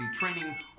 training